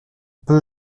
peu